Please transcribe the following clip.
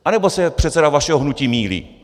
Anebo se předseda vašeho hnutí mýlí.